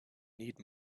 need